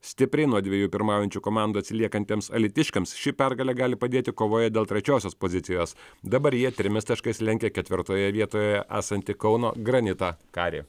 stipriai nuo dviejų pirmaujančių komandų atsiliekantiems alytiškiams ši pergalė gali padėti kovoje dėl trečiosios pozicijos dabar jie trimis taškais lenkia ketvirtoje vietoje esantį kauno granitą karį